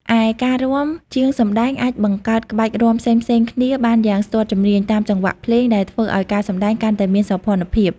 ឯការរាំ ជាងសម្ដែងអាចបង្កើតក្បាច់រាំផ្សេងៗគ្នាបានយ៉ាងស្ទាត់ជំនាញ តាមចង្វាក់ភ្លេង ដែលធ្វើឲ្យការសម្ដែងកាន់តែមានសោភ័ណភាព។